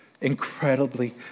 incredibly